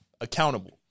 accountable